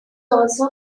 also